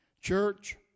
Church